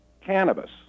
Cannabis